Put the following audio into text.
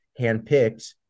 handpicked